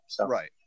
Right